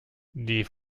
die